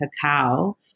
cacao